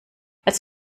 als